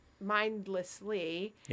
mindlessly